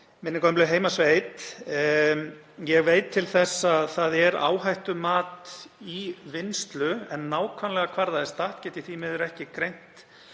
minni gömlu heimasveit. Ég veit til þess að það er áhættumat í vinnslu en nákvæmlega hvar það er statt get ég því miður ekki greint